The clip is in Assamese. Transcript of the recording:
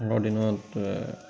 আগৰ দিনত